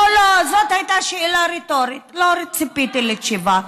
לא, לא, זאת הייתה שאלה רטורית, לא ציפיתי לתשובה.